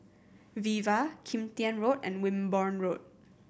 Viva Kim Tian Road and Wimborne Road